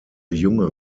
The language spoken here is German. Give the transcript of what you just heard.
junge